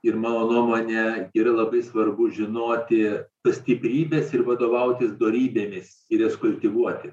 ir mano nuomone yra labai svarbu žinoti tas stiprybes ir vadovautis dorybėmis ir jas kultivuoti